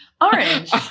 Orange